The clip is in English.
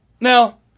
Now